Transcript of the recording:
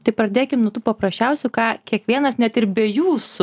tai pradėkim nuo tų paprasčiausių ką kiekvienas net ir be jūsų